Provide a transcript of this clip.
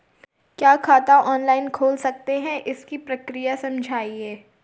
क्या खाता ऑनलाइन खोल सकते हैं इसकी प्रक्रिया समझाइए?